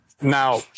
Now